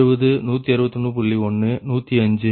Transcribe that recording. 55 266